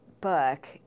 book